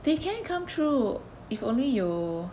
they can come true if only you